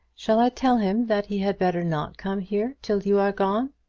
shall i tell him that he had better not come here till you are gone?